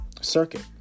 circuit